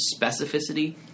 specificity